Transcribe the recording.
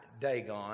Dagon